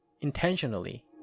intentionally